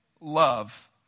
love